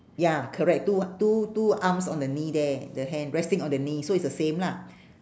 ya correct two a~ two two arms on the knee there the hand resting on the knee so it's the same lah